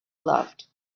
loved